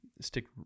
stick